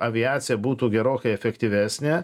aviacija būtų gerokai efektyvesnė